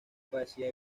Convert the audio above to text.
padecía